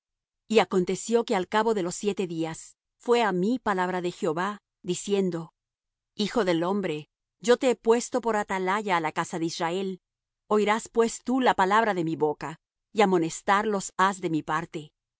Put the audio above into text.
y aconteció que al cabo de los siete días fué á mí palabra de jehová diciendo hijo del hombre yo te he puesto por atalaya á la casa de israel oirás pues tú la palabra de mi boca y amonestarlos has de mi parte